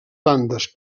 bandes